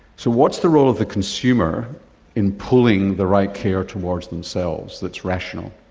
so what's the role of the consumer in pulling the right care towards themselves that's rational?